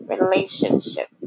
relationship